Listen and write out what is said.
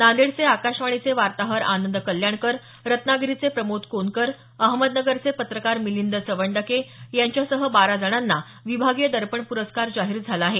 नांदेडचे आकाशवाणीचे वार्ताहर आनंद कल्याणकर रत्नागिरीचे प्रमोद कोणकर अहमदनगरचे पत्रकार मिलिंद चवंडके यांच्यासह बारा जणांना विभागीय दर्पण प्रस्कार जाहीर झाला आहे